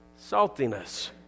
saltiness